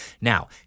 Now